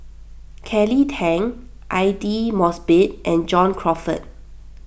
Kelly Tang Aidli Mosbit and John Crawfurd